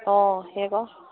অঁ সেই